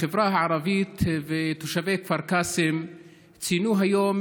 החברה הערבית ותושבי כפר קאסם ציינו היום